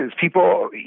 people